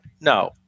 No